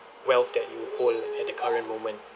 wealth that you hold at the current moment